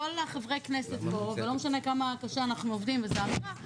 כל חברי הכנסת פה ולא משנה כמה קשה אנחנו עובדים וזו אמירה,